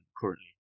currently